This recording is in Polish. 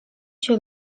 się